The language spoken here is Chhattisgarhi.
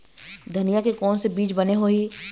धनिया के कोन से बीज बने होही?